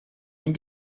and